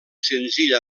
senzill